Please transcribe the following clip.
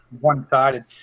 one-sided